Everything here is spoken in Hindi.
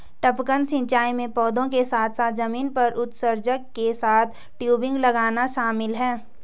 टपकन सिंचाई में पौधों के साथ साथ जमीन पर उत्सर्जक के साथ टयूबिंग लगाना शामिल है